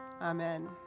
Amen